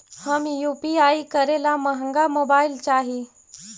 हम यु.पी.आई करे ला महंगा मोबाईल चाही?